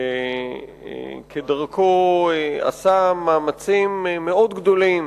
שכדרכו עשה מאמצים מאוד גדולים